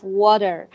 water